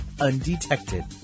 undetected